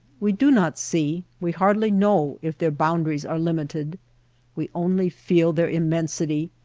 we do not see, we hardly know if their boun daries are limited we only feel their immen sity,